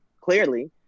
Clearly